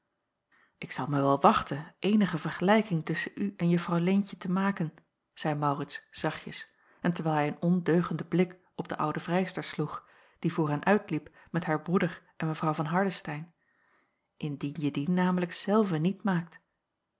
ik zal mij wel wachten eenige vergelijking tusschen u en juffrouw leentje te maken zeî maurits zachtjes en terwijl hij een ondeugenden blik op de oude vrijster sloeg die voor hen uit liep met haar broeder en mw van hardestein indien je die namelijk zelve niet maakt